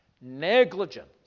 negligence